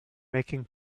making